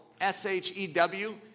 S-H-E-W